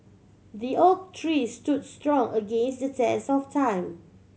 the oak tree stood strong against the test of time